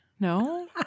No